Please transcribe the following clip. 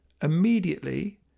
Immediately